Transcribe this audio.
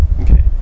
Okay